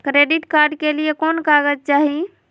Credit card के लिए कौन कागज चाही?